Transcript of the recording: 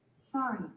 Sorry